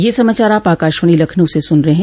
ब्रे क यह समाचार आप आकाशवाणी लखनऊ से सुन रहे हैं